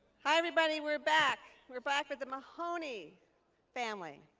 hi, everybody, we're back. we're back with the mahoney family.